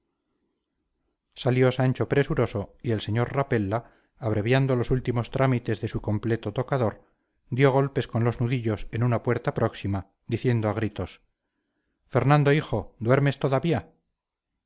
salió sancho presuroso y el sr rapella abreviando los últimos trámites de su complejo tocador dio golpes con los nudillos en una puerta próxima diciendo a gritos fernando hijo duermes todavía